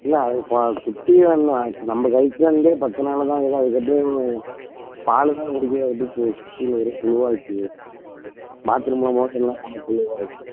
இல்லை அது இப்போ குட்டி தான் இன்னும் நம்ப கைக்கு வந்தே பத்து நாலு தான் ஆகுது அதுக்காட்டியும் பால் தான் குடிக்குது அதுக்கு குட்டியில வெறும் புழுவாருக்கு பாத்ரூம்லாம் மோசன்லாம் போனா தெளிவாக இருக்கு